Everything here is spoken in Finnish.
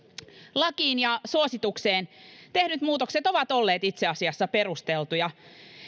lakiin ja suositukseen tehdyt muutokset ovat olleet itse asiassa perusteltuja